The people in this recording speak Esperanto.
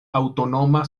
aŭtonoma